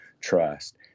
trust